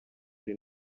ari